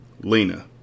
Lena